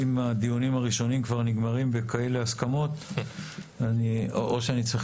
אם הדיונים הראשונים כבר נגמרים בכאלה הסכמות או שאני צריך